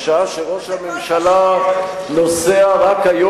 ככה זה נראה.